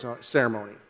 ceremony